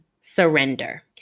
surrender